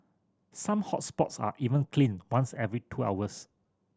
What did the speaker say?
some hot spots are even cleaned once every two hours